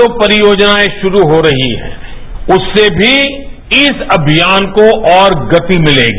जो परियोजनाएं शुरू हो रही हैं उससे भी इस अभियान को और गति मिलेगी